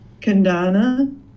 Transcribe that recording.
Kandana